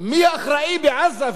מי האחראי בעזה,